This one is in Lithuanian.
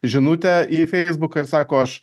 žinutę į feisbuką ir sako aš